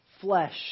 flesh